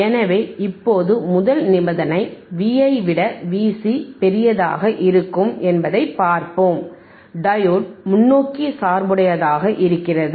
எனவே இப்போது முதல் நிபந்தனை Vi ஐ விட Vc பெரிதாக இருக்கும் என்பதை பார்ப்போம் டையோடு முன்னோக்கி சார்புடையதாக இருக்கிறது